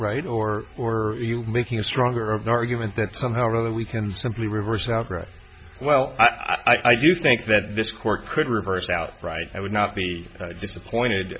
right or or are you making a stronger of the argument that somehow or other we can simply reverse out well i do think that this court could reverse out right i would not be disappointed